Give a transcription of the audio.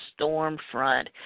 Stormfront